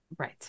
Right